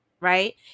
right